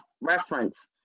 reference